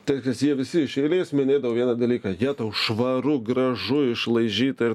tai jie visi iš eilės minėdavo vieną dalyką jetau švaru gražu išlaižyta ir